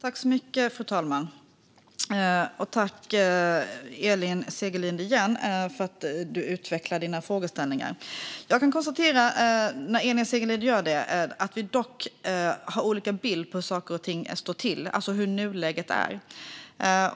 Fru talman! Tack igen, Elin Segerlind, för att du utvecklar dina frågeställningar! Jag kan när Elin Segerlind gör det konstatera att vi dock har olika bilder av hur saker och ting står till, alltså hur nuläget är.